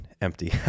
empty